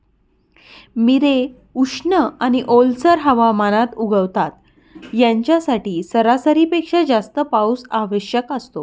मिरे उष्ण आणि ओलसर हवामानात उगवतात, यांच्यासाठी सरासरीपेक्षा जास्त पाऊस आवश्यक असतो